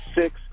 six